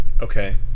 Okay